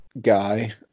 guy